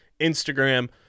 instagram